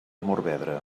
morvedre